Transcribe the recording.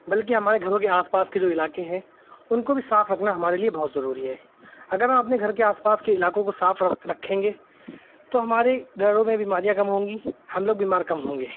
بلکہ ہمارے گھروں کے آس پاس کے جو علاقے ہیں ان کو بھی صاف رکھنا ہمارے لیے بہت ضروری ہے اگر ہم اپنے گھر کے آس پاس کے علاقوں کو صاف رکھ رکھیں گے تو ہمارے گھروں میں بیماریاں کم ہوں گی ہم لوگ بیمار کم ہوں گے